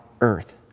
earth